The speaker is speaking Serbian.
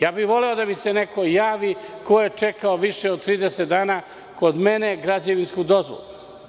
Ja bih voleo da mi se neko javi ko je čekao više od 30 dana kod mene građevinsku dozvolu.